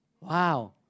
Wow